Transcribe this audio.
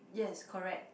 yes correct